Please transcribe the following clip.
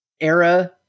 era